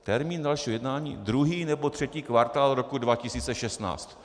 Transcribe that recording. Termín dalšího jednání: druhý nebo třetí kvartál roku 2016.